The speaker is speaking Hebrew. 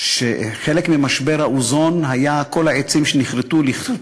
שחלק ממשבר האוזון היה כל העצים שנכרתו כדי